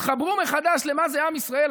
תתחברו מחדש למה זה עם ישראל.